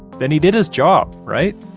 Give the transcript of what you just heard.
then he did his job, right?